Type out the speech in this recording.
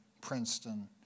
Princeton